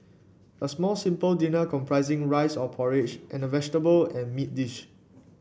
a small simple dinner comprising rice or porridge and a vegetable and meat dish